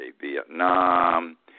Vietnam